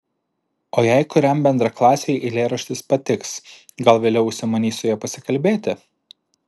o jei kuriam bendraklasiui eilėraštis patiks gal vėliau užsimanys su ja pasikalbėti